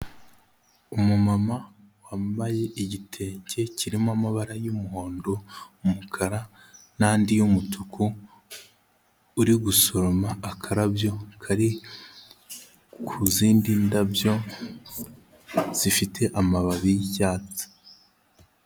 Umumama wambaye igitenge kirimo amabara y'umuhondo, umukara n'andi y'umutuku, uri gusoroma akarabyo kari ku zindi ndabyo zifite amababi y'icyatsi.